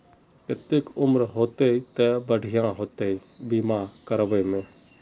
केते उम्र होते ते बढ़िया होते बीमा करबे में?